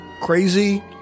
crazy